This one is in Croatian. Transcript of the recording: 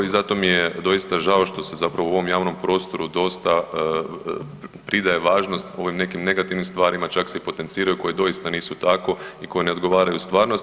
I zato mi je doista žao što se zapravo u ovom javnom prostoru dosta pridaje važnost ovim nekim negativnim stvarima, čak se i potenciraju koje doista nisu tako i koje ne odgovaraju stvarnosti.